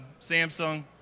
Samsung